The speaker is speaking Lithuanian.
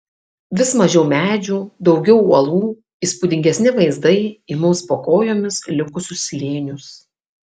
vis mažiau medžių daugiau uolų įspūdingesni vaizdai į mums po kojomis likusius slėnius